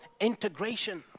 integration